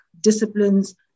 disciplines